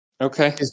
Okay